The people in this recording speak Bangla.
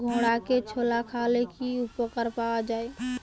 ঘোড়াকে ছোলা খাওয়ালে কি উপকার পাওয়া যায়?